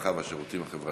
הרווחה והשירותים החברתיים.